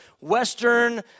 Western